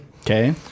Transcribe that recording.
Okay